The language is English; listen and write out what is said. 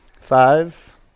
Five